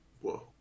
Whoa